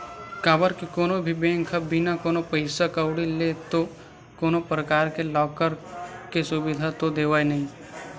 काबर के कोनो भी बेंक ह बिना कोनो पइसा कउड़ी ले तो कोनो परकार ले लॉकर के सुबिधा तो देवय नइ